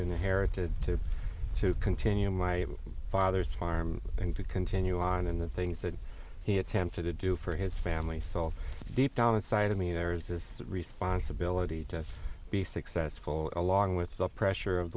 inherited to to continue my father's farm and to continue on in the things that he attempted to do for his family so deep down inside of me there's this responsibility to be successful along with the pressure of